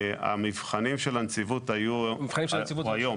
המבחנים של הנציבות היו היום.